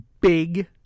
big